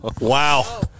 Wow